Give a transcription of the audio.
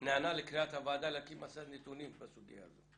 אתה נענה לקריאת הוועדה להקים מסד נתונים בסוגיה הזאת,